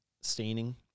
staining